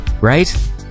right